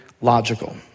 logical